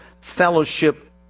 fellowship